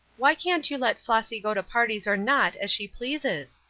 why can't you let flossy go to parties or not, as she pleases?